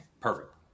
Perfect